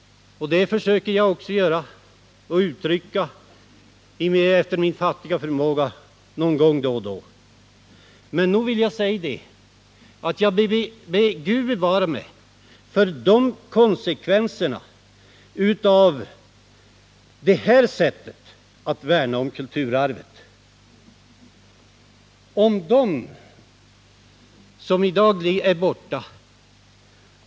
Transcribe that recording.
Detta försöker jag också ge uttryck åt någon gång då och då efter min fattiga förmåga. Men jag ber Gud bevara mig för konsekvenserna av detta sätt att värna om kulturarvet.